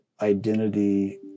identity